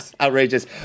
Outrageous